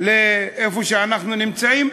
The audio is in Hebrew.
לאיפה שאנחנו נמצאים?